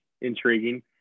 intriguing